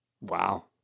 Wow